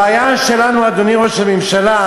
הבעיה שלנו, אדוני ראש הממשלה,